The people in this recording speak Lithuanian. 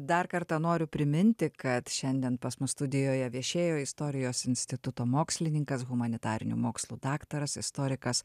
dar kartą noriu priminti kad šiandien pas mus studijoje viešėjo istorijos instituto mokslininkas humanitarinių mokslų daktaras istorikas